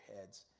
heads